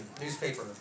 newspaper